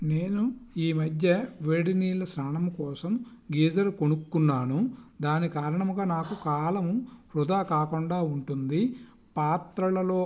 నేను ఈమధ్య వేడి నీళ్ళ స్నానం కోసం గీజర్ కొనుక్కున్నాను దాని కారణంగా నాకు కాలం వృథా కాకుండా ఉంటుంది పాత్రలలో